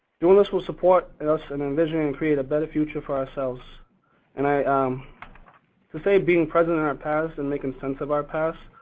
doing this will support us and envision and create a better future for ourselves and i um to say being present in our past and making sense of our past,